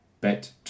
bet